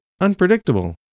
unpredictable